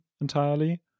entirely